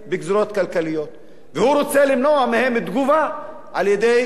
הוא רוצה למנוע מהם תגובה על-ידי מחאה חברתית.